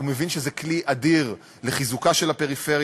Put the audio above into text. הוא מבין שזה כלי אדיר לחיזוקה של הפריפריה,